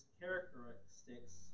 characteristics